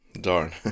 Darn